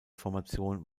formation